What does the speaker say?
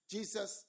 Jesus